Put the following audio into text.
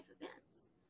events